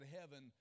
heaven